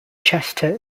chester